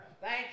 Thank